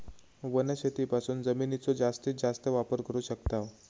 वनशेतीपासून जमिनीचो जास्तीस जास्त वापर करू शकताव